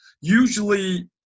usually